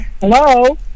Hello